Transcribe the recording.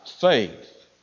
faith